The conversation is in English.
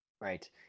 Right